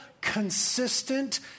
consistent